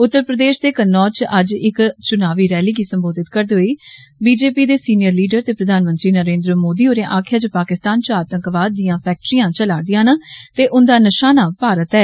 उत्तरप्रदेश दे कन्नौज च अज्ज इक चुनावी रैली गी संबोधित करदे होई बीजेपी दे सीनियर लीडर ते प्रधानमंत्री नरेन्द्र मोदी होरें आखेआ जे पाकिस्तान च आतंकवाद दिआं फैक्टरियां चला'रदिआं न ते उंदा निशाना भारत ऐ